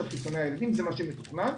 זה מה שמתוכנן.